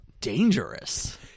dangerous